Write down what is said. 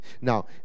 Now